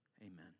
Amen